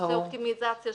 --- של המסלולים.